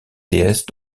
déesse